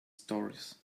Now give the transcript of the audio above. stories